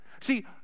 See